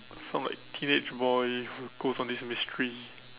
some like teenage boy who goes on this mystery